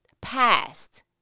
past